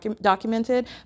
documented